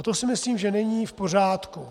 To si myslím, že není v pořádku.